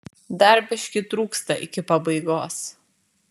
dar biškį trūksta iki pabaigos